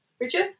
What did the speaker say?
Richard